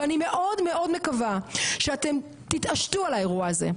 ואני מאוד מאוד מקווה שאתם תתעשתו על האירוע הזה,